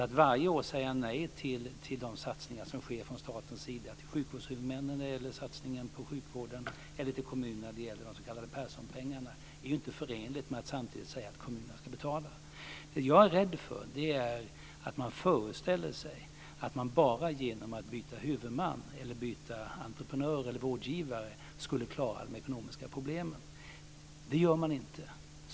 Att varje år säga nej till de satsningar som sker från statens sida till sjukvårdshuvudmännen när det gäller satsningen på sjukvården eller till kommunerna när det gäller de s.k. Perssonpengarna är inte förenligt med att samtidigt säga att kommunerna ska betala. Det som jag är rädd för är att man föreställer sig att man bara genom att byta huvudman, entreprenör eller vårdgivare skulle klara de ekonomiska problemen. Det gör man inte.